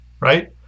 Right